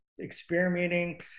experimenting